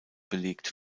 belegt